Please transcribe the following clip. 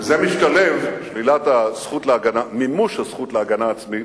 וזה משתלב, מימוש הזכות להגנה עצמית,